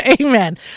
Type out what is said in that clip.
Amen